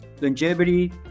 Longevity